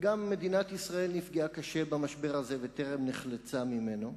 וגם מדינת ישראל נפגעה קשה במשבר הזה וטרם נחלצה ממנו.